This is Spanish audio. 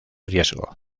riesgo